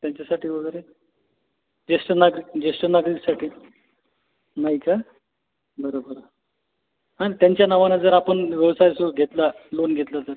त्यांच्यासाठी वगैरे ज्येष्ठ नागरिक ज्येष्ठ नागरिकसाठी नाही का बरं बरं अन् त्यांच्या नावानं जर आपण व्यवसाय सुरू घेतला लोन घेतलं तर